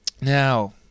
Now